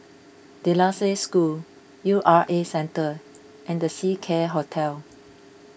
De La Salle School U R A Centre and the Seacare Hotel